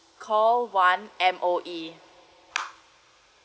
call one M_O_E